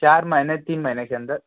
चार महीने तीन महीने के अन्दर